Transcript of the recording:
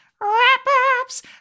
wrap-ups